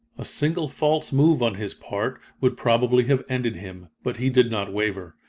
a single false move on his part would probably have ended him, but he did not waver.